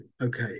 Okay